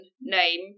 name